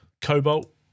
Cobalt